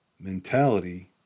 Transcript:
mentality